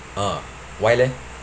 ah why leh